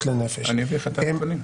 אני אביא לך את הנתונים.